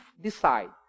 decide